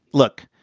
look,